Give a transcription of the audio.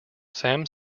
sam